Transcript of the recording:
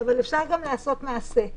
אבל אפשר גם לעשות מעשה.